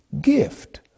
gift